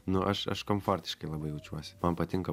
nu aš aš komfortiškai labai jaučiuosi man patinka